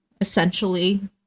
essentially